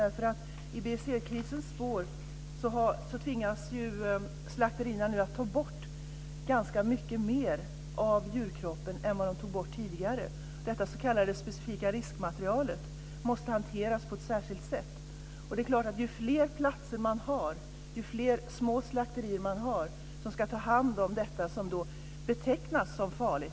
I BSE-krisens spår tvingas slakterierna att ta bort ganska mycket mer av djurkroppen än tidigare. Det s.k. specifika riskmaterialet måste hanteras på ett särskilt sätt. Ju fler små slakterier man har som ska ta hand om det som betecknas som farligt, desto besvärligare blir det.